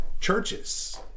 churches